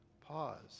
pause